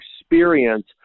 experience